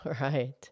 Right